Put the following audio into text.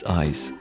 eyes